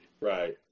Right